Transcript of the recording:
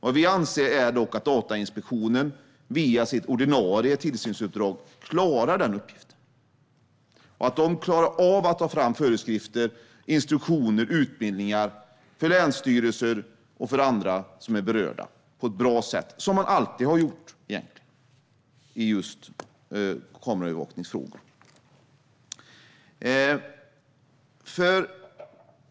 Vad vi anser är dock att Datainspektionen via sitt ordinarie tillsynsuppdrag klarar att ta fram föreskrifter, instruktioner och utbildningar för länsstyrelser och andra som är berörda av frågan om kameraövervakning, som man egentligen alltid har gjort.